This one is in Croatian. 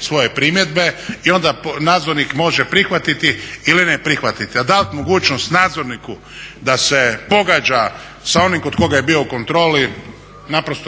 svoje primjedbe i onda nadzornik može prihvatiti ili ne prihvatiti. A davati mogućnost nadzorniku da se pogađa sa onim kog koga je bio u kontroli